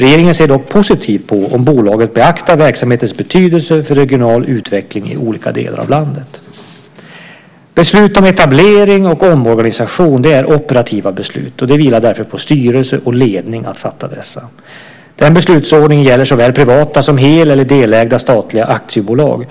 Regeringen ser dock positivt på om bolagen beaktar verksamhetens betydelse för regional utveckling i olika delar av landet. Beslut om etablering och omorganisation är operativa beslut och det vilar därför på styrelse och ledning att fatta dessa. Denna beslutsordning gäller såväl privata som hel eller delägda statliga aktiebolag